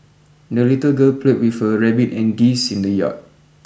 the little girl played with her rabbit and geese in the yard